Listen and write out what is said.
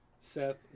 Seth